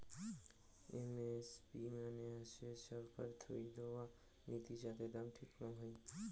MSP মানে হসে ছরকার থুই দেয়া নীতি যাতে দাম ঠিক করং হই